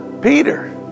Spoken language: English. Peter